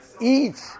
eat